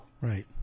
Right